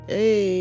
Hey